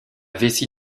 vessie